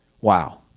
Wow